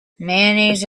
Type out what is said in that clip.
mayonnaise